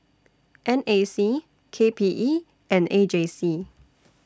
N A C K P E and A J C